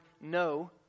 no